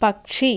പക്ഷി